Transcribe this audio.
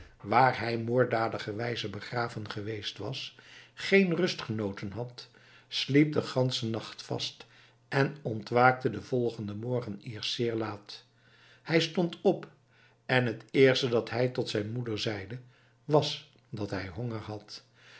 waar hij moorddadigerwijze begraven geweest was geen rust genoten had sliep den ganschen nacht vast en ontwaakte den volgenden morgen eerst zeer laat hij stond op en het eerste dat hij tot zijn moeder zeide was dat hij honger had